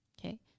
Okay